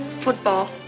football